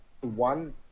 one